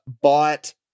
bought